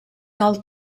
cal